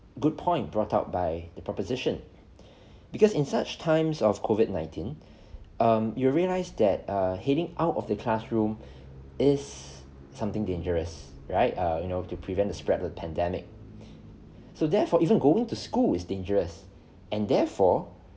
good point brought out by the proposition because in such times of COVID nineteen um you realise that err heading out of the classroom is something dangerous right err you know to prevent the spread of pandemic so therefore even going to school is dangerous and therefore